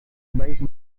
baik